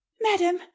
madam